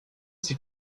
c’est